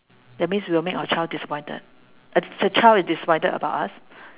that means we will make our child disappointed uh the child is disappointed about us